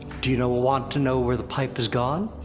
do you know want to know where the pipe has gone?